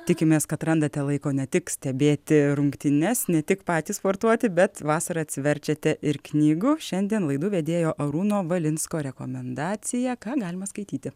tikimės kad randate laiko ne tik stebėti rungtynes ne tik patys sportuoti bet vasarą atsiverčiate ir knygų šiandien laidų vedėjo arūno valinsko rekomendacija ką galima skaityti